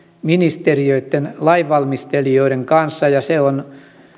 ministeriöitten lainvalmistelijoiden kanssa ja ja se on